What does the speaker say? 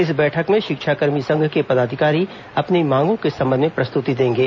इस बैठक में शिक्षाकर्मी संघ के पदाधिकारी अपनी मांगों के संबंध में प्रस्तृति देंगे